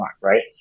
right